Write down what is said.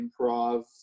improv